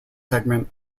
segment